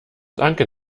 danke